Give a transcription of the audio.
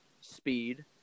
speed